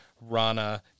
Rana